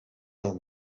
del